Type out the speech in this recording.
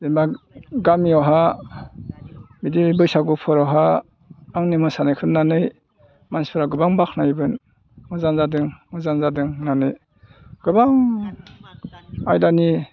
जेनेबा गामियावहाय बिदि बैसागुफोरावहाय आंनि मोसानायखौ नुनानै मानसिफ्रा गोबां बाख्नायोमोन मोजां जादों मोजां जादों होननानै गोबां आयदानि